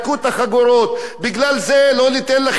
בגלל זה לא ניתן לכם כסף לבריאות,